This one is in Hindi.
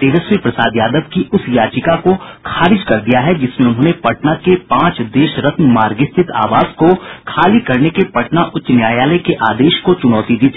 तेजस्वी प्रसाद यादव की उस याचिका को खारिज कर दिया जिसमें उन्होंने पटना के पांच देशरत्न मार्ग स्थित आवास को खाली करने के पटना उच्च न्यायालय के आदेश को चूनौती दी थी